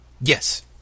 Yes